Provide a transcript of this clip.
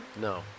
No